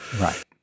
Right